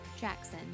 Jackson